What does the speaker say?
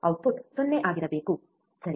output 0 ಆಗಿರಬೇಕು ಸರಿ